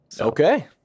Okay